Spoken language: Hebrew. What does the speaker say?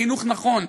בחינוך נכון,